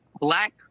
black